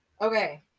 okay